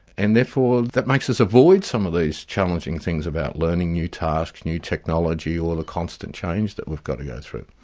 and therefore that makes us avoid some of these challenging things about learning new tasks, new technology or the constant change that we've got to go through.